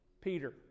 Peter